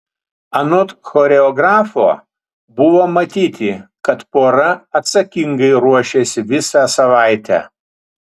anot choreografo buvo matyti kad pora atsakingai ruošėsi visą savaitę